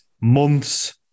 months